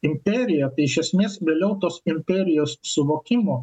imperiją iš esmės vėliau tos imperijos suvokimo